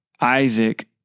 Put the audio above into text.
Isaac